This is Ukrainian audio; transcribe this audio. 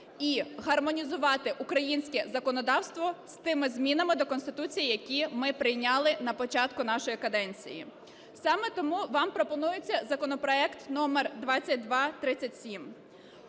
і гармонізувати українське законодавство з тими змінами до Конституції, які ми прийняли на початку нашої каденції. Саме тому вам пропонується законопроект номер 2237.